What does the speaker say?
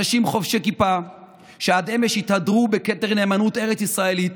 אנשים חובשי כיפה שעד אמש התהדרו בכתר נאמנות ארץ-ישראלית,